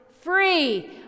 free